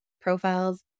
profiles